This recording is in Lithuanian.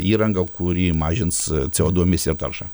įrangą kuri mažins co du emisiją ir taršą